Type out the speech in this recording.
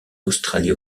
australie